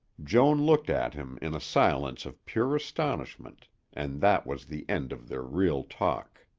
joan looked at him in a silence of pure astonishment and that was the end of their real talk.